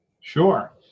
Sure